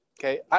okay